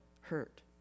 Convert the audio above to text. hurt